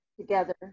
together